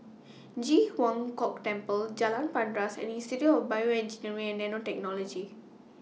Ji Huang Kok Temple Jalan Paras and Institute of Bioengineering and Nanotechnology